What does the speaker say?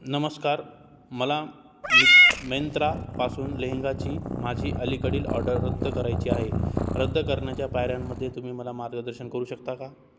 नमस्कार मला मी मेंत्रापासून लेहेंगाची माझी अलीकडील ऑर्डर रद्द करायची आहे रद्द करण्याच्या पायऱ्यांमध्ये तुम्ही मला मार्गदर्शन करू शकता का